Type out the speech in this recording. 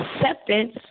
acceptance